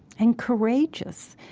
and courageous?